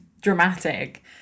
dramatic